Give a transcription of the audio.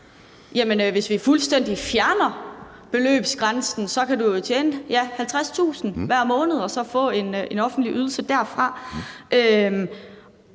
hvis man fuldstændig fjerner beløbsgrænsen, kan man jo tjene 50.000 kr. hver måned og så få en offentlig ydelse derfra.